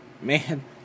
Man